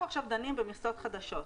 אנחנו עכשיו דנים במכסות חדשות.